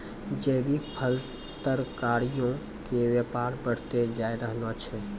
जैविक फल, तरकारीयो के व्यापार बढ़तै जाय रहलो छै